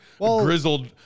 grizzled